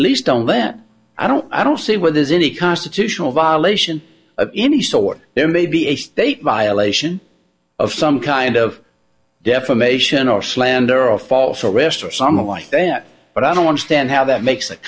least on ben i don't i don't see where there's any constitutional violation of any sort there may be a state violation of some kind of defamation or slander or false arrest or something like that but i don't want to stand how that makes